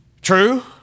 True